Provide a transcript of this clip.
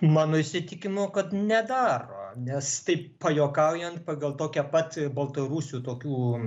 mano įsitikinimu kad nedaro nes taip pajuokaujant pagal tokią pat baltarusių tokių